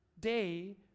day